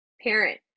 parent